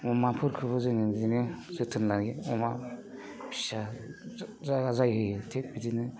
अमाफोरखौबो बिदिनो जोथोन लायो अमाफोरखो फिसाफोरखो जोथोन लायो